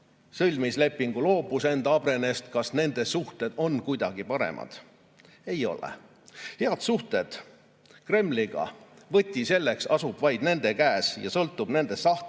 sõlmis lepingu, loobus enda Abrenest? Kas nende suhted on kuidagi paremad? Ei ole! Head suhted Kremliga, võti selleks asub vaid nende käes ja sõltub nende tahtest.